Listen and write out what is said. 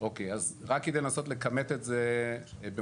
רק כדי לנסות לכמת את זה במונחים,